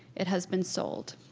it has been sold.